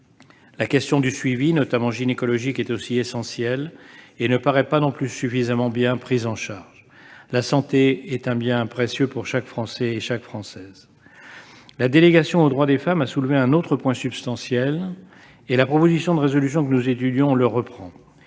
La question du suivi, notamment gynécologique, de ces femmes est aussi essentielle ; ce suivi ne paraît pas suffisamment bien assuré. La santé est un bien précieux pour chaque Français, pour chaque Française. La délégation aux droits des femmes a soulevé un autre point substantiel et la proposition de résolution que nous étudions le reprend